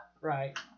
Right